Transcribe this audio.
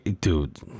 dude